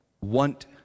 want